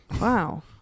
wow